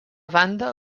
banda